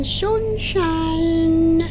sunshine